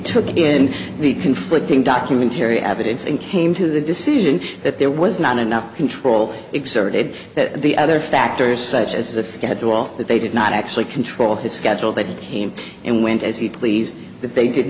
took in the conflicting documentarian evidence and came to the decision that there was not enough control exerted the other factors such as a schedule that they did not actually control his schedule that he came and went as he pleased that they did